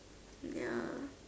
ya